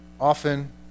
often